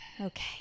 okay